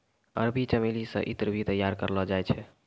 अरबी चमेली से ईत्र भी तैयार करलो जाय छै